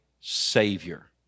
Savior